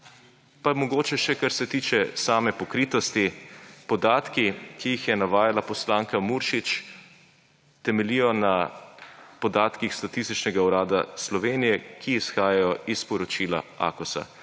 Pa mogoče še, kar se tiče same pokritost. Podatki, ki jih je navajala poslanka Muršič, temeljijo na podatkih Statističnega urada Slovenije, ki izhajajo iz poročila Akosa,